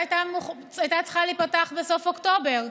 הייתה צריכה להיפתח בסוף אוקטובר,